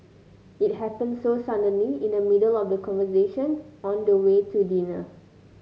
it happened so suddenly in the middle of a conversation on the way to dinner